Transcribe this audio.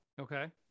Okay